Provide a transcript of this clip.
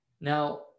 Now